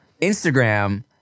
instagram